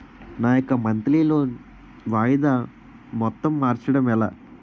నా యెక్క monthly loan వాయిదా మొత్తం మార్చడం ఎలా?